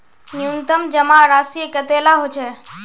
न्यूनतम जमा राशि कतेला होचे?